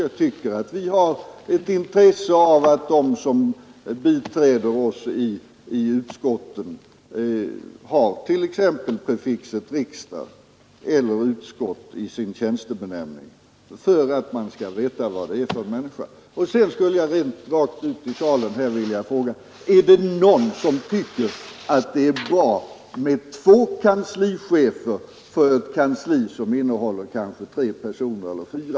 Jag tycker att vi har ett intresse av att de som biträder oss i utskotten har exempelvis prefixen ”riksdag” eller ”utskott” i sin tjänstebenämning. Sedan skulle jag rakt ut i salen vilja fråga: Är det någon som tycker att det är bra med två kanslichefer för ett kansli som innehåller tre eller kanske fyra